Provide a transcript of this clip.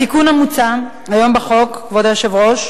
התיקון המוצע היום בחוק, כבוד היושב-ראש,